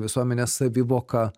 visuomenės savivoką